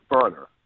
further